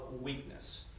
weakness